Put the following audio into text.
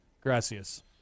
Gracias